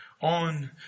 on